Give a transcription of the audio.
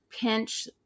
pinch